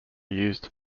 used